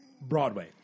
Broadway